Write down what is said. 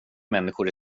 människor